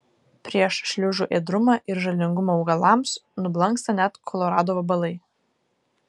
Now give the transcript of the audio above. prieš šliužų ėdrumą ir žalingumą augalams nublanksta net kolorado vabalai